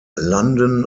london